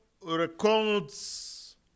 records